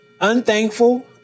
unthankful